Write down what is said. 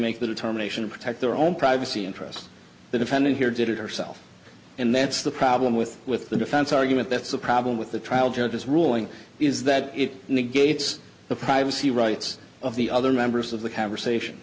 make the determination to protect their own privacy interests the defendant here did it herself and that's the problem with with the defense argument that's the problem with the trial judge's ruling is that it negates the privacy rights of the other members of the conversation